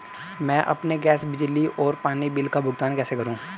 मैं अपने गैस, बिजली और पानी बिल का भुगतान कैसे करूँ?